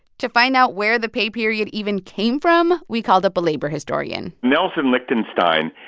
to find out where the pay period even came from, we called up a labor historian nelson lichtenstein.